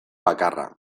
bakarra